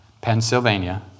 Pennsylvania